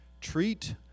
treat